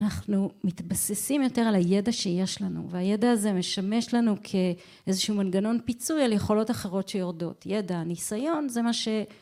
אנחנו מתבססים יותר על הידע שיש לנו והידע הזה משמש לנו כאיזה שהוא מנגנון פיצוי על יכולות אחרות שיורדות ידע ניסיון זה מה ש